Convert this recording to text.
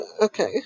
okay